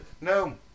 No